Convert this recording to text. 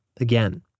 again